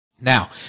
Now